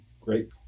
great